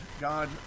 God